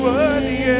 Worthy